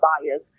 bias